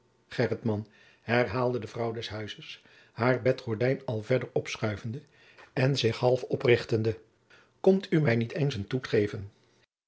herhaalde de vrouw des huizes haar bedgordijn al verder opschuivende en zich half oprichtende komt oe mij niet eens een